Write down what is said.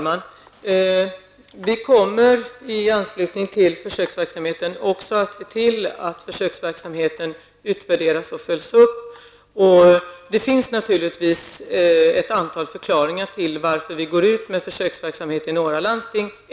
Herr talman! I anslutning till försöksverksamheten kommer vi också att se till att försöksverksamheten utvärderas och följs upp. Det finns naturligtvis ett antal förklaringar till varför vi går ut med försöksverksamhet i några landsting.